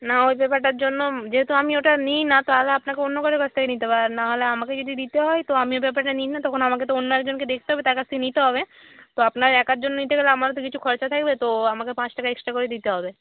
না ওই পেপারটার জন্য যেহেতু আমি ওটা নিই না তাহলে আপনাকে অন্য কারো কাছ থেকে নিতে হবে আর নাহলে আমাকে যদি দিতে হয় তো আমি ও পেপারটা নিই না তখন আমাকে তো অন্য একজনকে দেখতে হবে তার কাছ থেকে নিতে হবে তো আপনার একার জন্য নিতে গেলে আমারও তো কিছু খরচা থাকবে তো আমাকে পাঁচ টাকা এক্সটা করে দিতে হবে